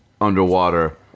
underwater